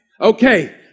Okay